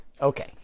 Okay